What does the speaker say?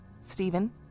Stephen